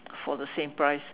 for the same price